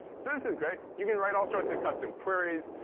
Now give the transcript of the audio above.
so this is great. you can write all sorts of custom queries.